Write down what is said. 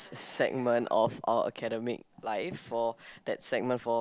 segment of our academic life or that segment for